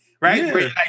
Right